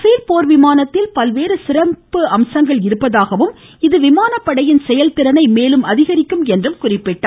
பேல் போர்விமானத்தில் பல்வேறு சிறப்பம்சங்கள் இருப்பதாகவும் இது விமானப்படையின் செயல்திறனை மேலும் அதிகரிக்கும் என்றும் குறிப்பிட்டார்